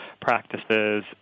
practices